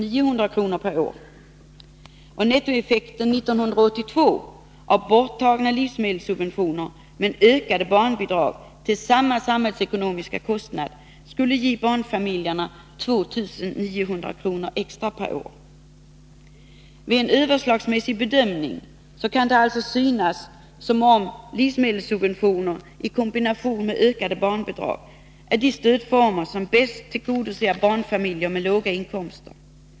För det fjärde skulle nettoeffekten 1982 av borttagna livsmedelssubventioner och ökade barnbidrag till samhällsekonomisk kostnad ge barnfamiljerna 2 900 kr. extra per år. Vid en överslagsmässig bedömning kan det alltså synas som om livsmedelssubventioner i kombination med ökade barnbidrag är de stödformer som bäst tillgodoser barnfamiljer med låga inkomster.